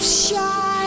shine